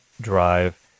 drive